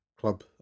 club